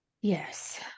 Yes